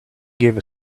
gave